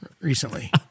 recently